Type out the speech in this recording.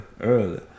Early